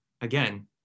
again